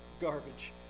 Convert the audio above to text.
garbage